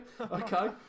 okay